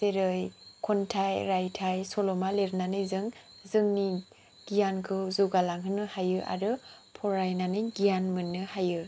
जेरै खन्थाय रायथाय सल'मा लिरनानै जों जोंनि गियानखौ जौगा लांहोनो हायो आरो फरायनानै गियान मोनो हायो